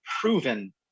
proven